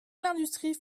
l’industrie